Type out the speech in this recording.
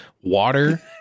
water